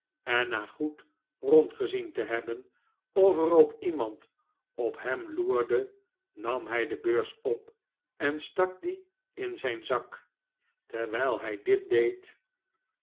en na goed rondgezien te hebben of er ook iemand op hem loerde nam hij de beurs op en stak die in zijn zak terwijl hij dit deed